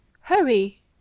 Hurry